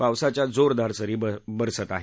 पावसाच्या जोरदार सरी बरसत आहेत